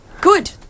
Good